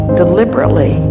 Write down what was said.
deliberately